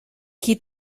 qui